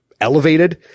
elevated